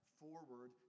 forward